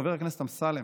חבר הכנסת אמסלם,